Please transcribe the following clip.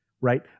right